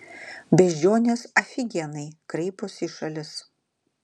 beždžionės afigienai kraiposi į šalis